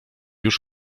już